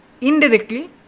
indirectly